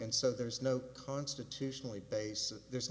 and so there's no constitutionally basis there's no